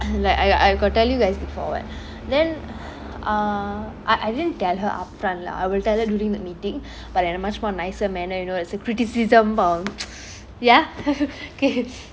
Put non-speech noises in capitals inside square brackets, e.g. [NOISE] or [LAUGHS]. like I I got tell you guys befoew [what] then uh I I didn't tell her upfront lah I will tell her during the meeting but in a much more a nicer manner you know as a criticism um ya [LAUGHS] okay